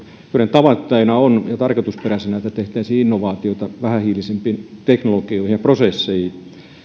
tavoitteena ja tarkoitusperänä on että tehtäisiin innovaatioita vähähiilisempiin teknologioihin ja prosesseihin